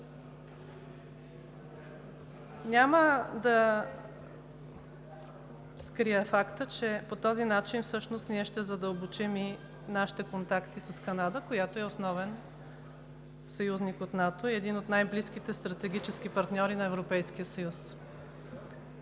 Няма да скрия факта, че по този начин всъщност ние ще задълбочим и нашите контакти с Канада, която е основен съюзник от НАТО и един от най-близките стратегически партньори на Европейския съюз.